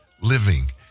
living